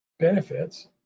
benefits